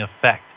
effect